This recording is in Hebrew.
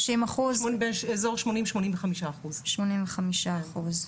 אזור שמונים, שמונים וחמישה אחוז.